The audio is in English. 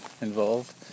involved